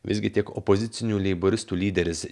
visgi tiek opozicinių leiboristų lyderis